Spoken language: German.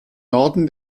norden